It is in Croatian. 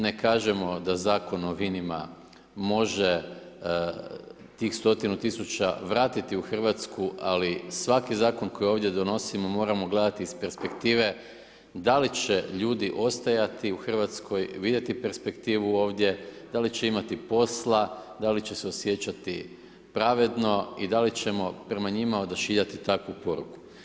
Ne kažemo da Zakon o vinima može tih stotina tisuća vratiti u Hrvatsku, ali svaki zakon, koji ovdje donosimo, moramo gledati iz perspektive da li će ljudi ostajati u Hrvatskoj, vidjeti perspektivu ovdje, da li će imati posla, da li će se osjećati pravedno i da li ćemo prema njima odašiljati takvu poruku.